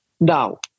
Now